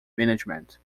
management